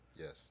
Yes